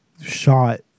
shot